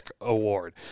award